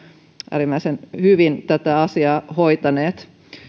äärimmäisen hyvin tätä asiaa hoitaneet